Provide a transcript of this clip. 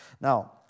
Now